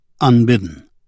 unbidden